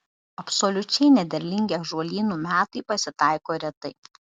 absoliučiai nederlingi ąžuolynų metai pasitaiko retai